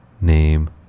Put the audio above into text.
Name